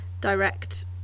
direct